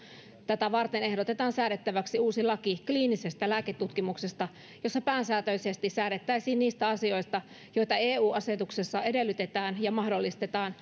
tätä varten ehdotetaan säädettäväksi uusi laki kliinisestä lääketutkimuksesta jossa pääsääntöisesti säädettäisiin niistä asioista joita eu asetuksessa edellytetään ja mahdollistetaan